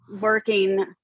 working